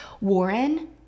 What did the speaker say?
Warren